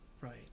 Right